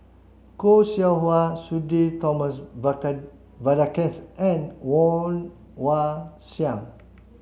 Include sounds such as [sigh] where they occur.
Khoo Seow Hwa Sudhir Thomas [unintelligible] Vadaketh and Woon Wah Siang